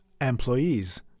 Employees